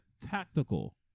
tactical